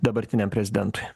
dabartiniam prezidentui